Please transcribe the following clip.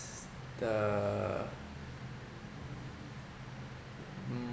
I guess the mm